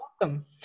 welcome